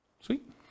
sweet